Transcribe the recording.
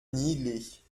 niedlich